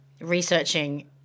researching